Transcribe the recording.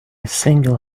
single